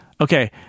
okay